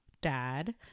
dad